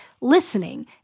listening